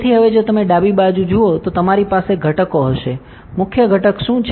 તેથી હવે જો તમે ડાબી બાજુ જુઓ તો તમારી પાસે ઘટકો હશે મુખ્ય ઘટક શું છે